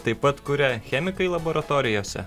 taip pat kuria chemikai laboratorijose